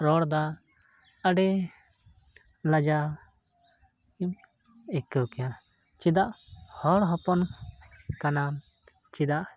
ᱨᱚᱲᱫᱟ ᱟᱹᱰᱤ ᱞᱟᱡᱟᱣ ᱟᱹᱭᱠᱟᱹᱣ ᱠᱮᱭᱟ ᱪᱮᱫᱟᱜ ᱦᱚᱲ ᱦᱚᱯᱚᱱ ᱠᱟᱱᱟᱢ ᱪᱮᱫᱟᱜ